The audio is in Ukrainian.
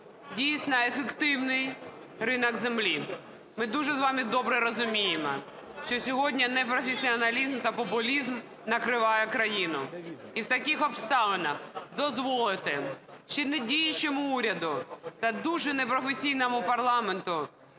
дійсно ефективний ринок землі. Ми дуже з вами добре розуміємо, що сьогодні непрофесіоналізм та популізм накриває країну. І в таких обставинах дозволити ще недіючому уряду та дуже непрофесійному парламенту